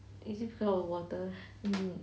is it because of water